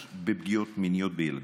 בילדים.